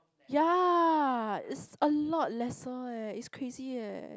ya it's a lot lesser eh it's crazy eh